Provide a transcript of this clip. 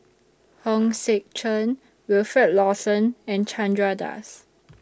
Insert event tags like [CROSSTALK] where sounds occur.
Hong [NOISE] Sek Chern Wilfed Lawson and Chandra Das